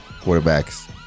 quarterbacks